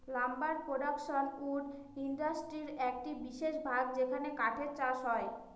lumber production wood ইন্ডাস্ট্রির একটি বিশেষ ভাগ যেখানে কাঠের চাষ হয়